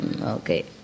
Okay